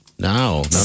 No